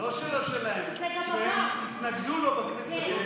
לא שהוא לא שלהם, הם התנגדו לו בכנסת הקודמת.